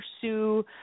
pursue